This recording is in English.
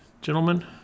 gentlemen